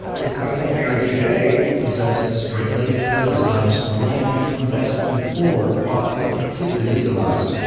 it's not something i do today. he said straight-laced business types are lining up to invest before pot is completely legalized.